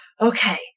okay